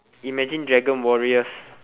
imagine dragon warriors